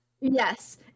Yes